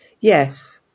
Yes